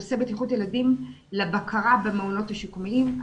נושא בטיחות ילדים לבקרה במעונות השיקומיים.